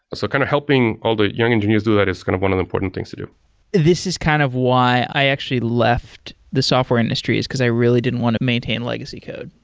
so of helping all the young engineers do that is kind of one of the important things to do this is kind of why i actually left the software industry, is because i really didn't want to maintain legacy code.